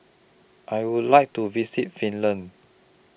I Would like to visit Finland